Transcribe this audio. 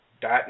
dot